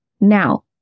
Now